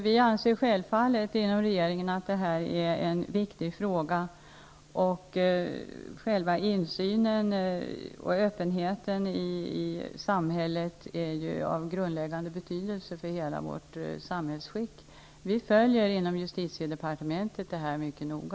Herr talman! Självfallet anser vi i regeringen att det här är en viktig fråga. Själva insynen och öppenheten i samhället är ju av grundläggande betydelse för hela vårt samhällsskick. Vi på justitidepartementet följer utvecklingen mycket noga.